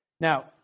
Now